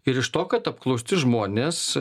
ir iš to kad apklausti žmonės